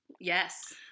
Yes